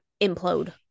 implode